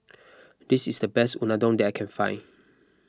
this is the best Unadon that I can find